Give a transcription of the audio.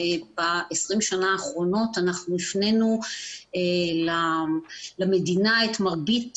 וב-20 שנה האחרונות אנחנו הפנינו למדינה את מרבית